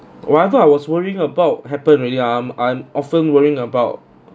whatever I was worrying about happened already I'm I'm often worrying about